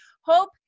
hope